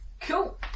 Cool